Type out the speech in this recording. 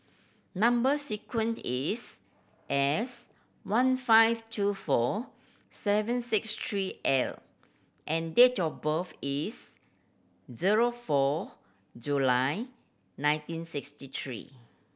number sequence is S one five two four seven six three L and date of birth is zero four July nineteen sixty three